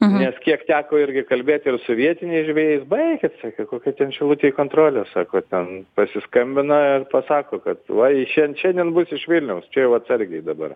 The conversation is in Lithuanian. nes kiek teko irgi kalbėti ir su vietiniais žvejais baikit sakė kokia ten šilutėj kontrolė sako ten pasiskambina ir pasako kad va į šia šiandien bus iš vilniaus čia jau atsargiai dabar